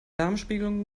darmspiegelung